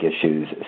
issues